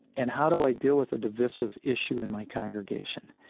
and how do i deal with the divisive issue in my congregation?